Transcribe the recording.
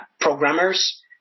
programmers